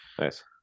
nice